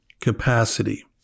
capacity